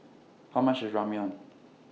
How much IS Ramyeon